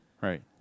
Right